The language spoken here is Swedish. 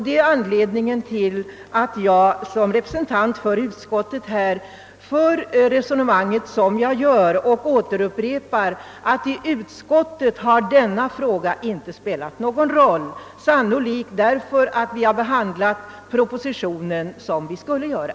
Det är anledningen till att jag som representant för utskottet för det resonemang jag gör. Jag upprepar att i utskottet har denna fråga inte spelat någon roll — sannolikt därför att vi behandlade propositionen som vi borde göra.